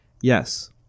Yes